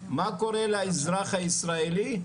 מה קורה לאזרח הישראלי?